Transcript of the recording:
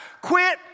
quit